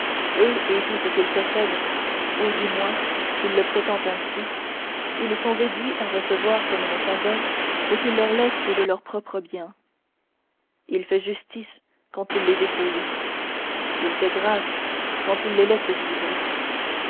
eux et tout ce qu'ils possèdent ou du moins qu'il le prétend ainsi ils sont réduits à recevoir comme une faveur ce qu'il leur laisse de leur propre bien il fait justice quand il les dépouille il fait grâce quand il les laisse vivre